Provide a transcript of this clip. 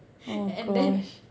oh my gosh